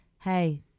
Hey